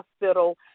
hospital